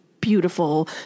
beautiful